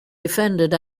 defended